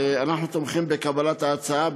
אנחנו תומכים בקבלת ההצעה,